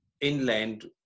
inland